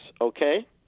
Okay